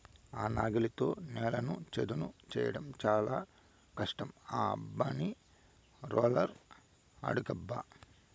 ఆ నాగలితో నేలను చదును చేయడం చాలా కష్టం ఆ యబ్బని రోలర్ అడుగబ్బా